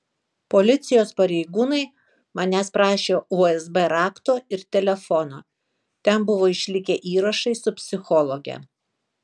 policijos pareigūnai manęs prašė usb rakto ir telefono ten buvo išlikę įrašai su psichologe